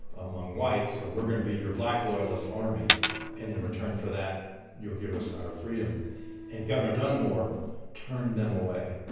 among whites. so we're gonna be your black loyalist army, and in return for that you'll give us our freedom and governor dunmore turned them away.